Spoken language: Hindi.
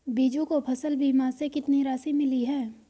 बीजू को फसल बीमा से कितनी राशि मिली है?